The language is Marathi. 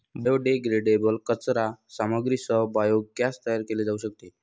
बायोडेग्रेडेबल कचरा सामग्रीसह बायोगॅस तयार केले जाऊ शकते